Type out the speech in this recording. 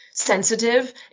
sensitive